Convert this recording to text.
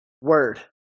Word